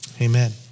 Amen